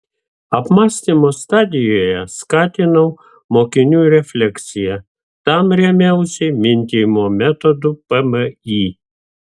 apmąstymo stadijoje skatinau mokinių refleksiją tam rėmiausi mintijimo metodu pmį